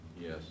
Yes